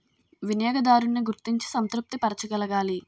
వినియోగదారున్ని గుర్తించి సంతృప్తి పరచగలగాలి